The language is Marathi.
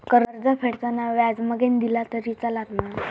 कर्ज फेडताना व्याज मगेन दिला तरी चलात मा?